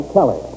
Kelly